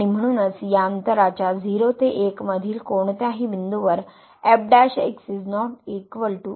आणि म्हणूनच या अंतराच्या 0 ते 1 मधील कोणत्याही बिंदूवर f ≠ 0